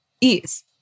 ease